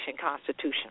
Constitution